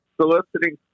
soliciting